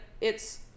it's-